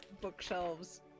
bookshelves